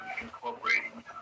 incorporating